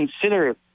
consider